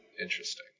interesting